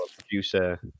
producer